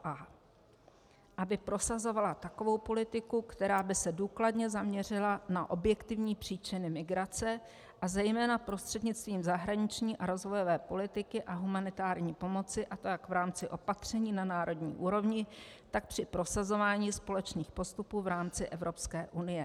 a) aby prosazovala takovou politiku, která by se důkladně zaměřila na objektivní příčiny migrace a zejména prostřednictvím zahraniční a rozvojové politiky a humanitární pomoci, a to jak v rámci opatření na národní úrovni, tak při prosazování společných postupů v rámci Evropské unie.